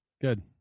Good